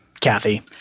Kathy